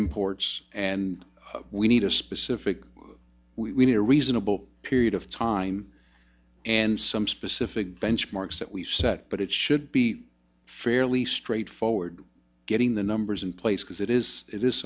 imports and we need a specific we need a reasonable period of time and some specific benchmarks that we set but it should be fairly straightforward getting the numbers in place because it is it is